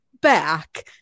back